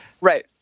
right